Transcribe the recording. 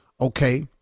Okay